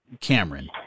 Cameron